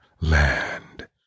land